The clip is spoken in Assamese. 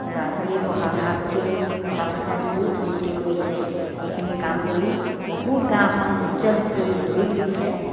ল'ৰা ছোৱালী পঢ়া শুনাৰ প্ৰতিও টকা পইচা দিও উন্নতি কৰিছে সেইখিনি কাম কৰি বহুত গাঁওখন উজ্জ্বল কৰি গঢ়ি তুলিছে